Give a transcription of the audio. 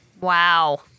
Wow